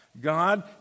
God